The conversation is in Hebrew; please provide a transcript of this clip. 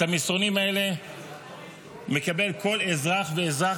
את המסרונים האלה מקבל כל אזרח ואזרח